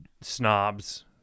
snobs